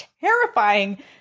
terrifying